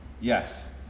Yes